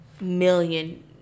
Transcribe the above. million